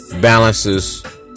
Balances